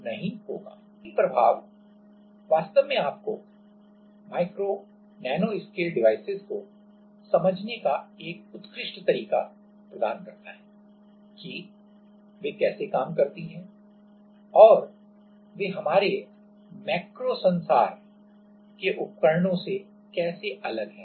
और स्केलिंग प्रभाव वास्तव में आपको माइक्रो नैनोस्केल डिवाइस को समझने का एक उत्कृष्ट तरीका प्रदान करता है कि वे कैसे काम करते हैं और वे हमारी मैक्रो संसार से कैसे अलग हैं